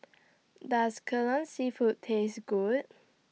Does Kai Lan Seafood Taste Good